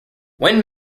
when